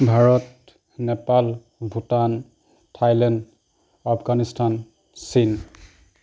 Bharat Nepal Bhutan Thailand Afghanistan চীন